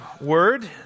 Word